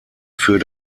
für